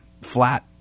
Flat